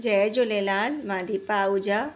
जय झूलेलाल मां दीपा आहुजा